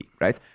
right